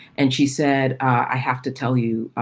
and she said, i have to tell you,